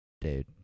dude